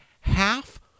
half